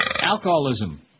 alcoholism